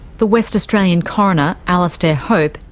the west australian coroner, alastair hope,